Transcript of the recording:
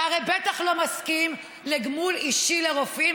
אתה הרי בטח לא מסכים לגמול אישי לרופאים